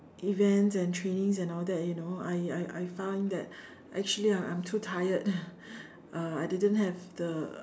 events and trainings and all that you know I I I found that actually I'm I'm too tired uh I didn't have the